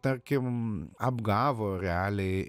tarkim apgavo realiai